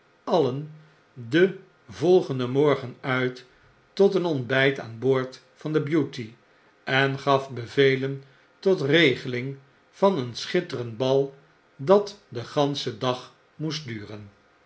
alien den volgenden morgen uit tot een ontbyt aan boord van i e beauty en gaf bevelen tot regeling van een schitterend bal dat den ganschen dag moest duren